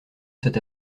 cet